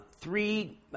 three